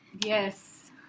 Yes